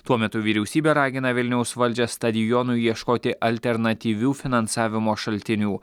tuo metu vyriausybė ragina vilniaus valdžią stadionui ieškoti alternatyvių finansavimo šaltinių